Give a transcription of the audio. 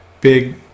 big